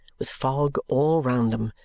with fog all round them,